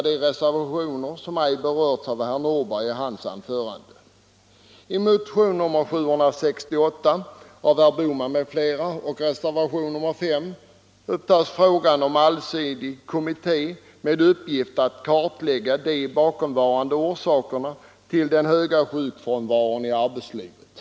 I motionen 768 av herr Bohman m.fl. och i reservationen 5 tar man upp frågan om en allsidig kommitté med uppgift att kartlägga de bakomvarande orsakerna till den höga sjukfrånvaron i arbetslivet.